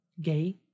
gay